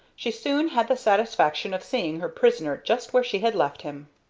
she soon had the satisfaction of seeing her prisoner just where she had left him.